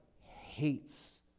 hates